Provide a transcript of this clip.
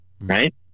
right